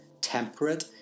temperate